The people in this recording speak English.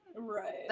right